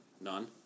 None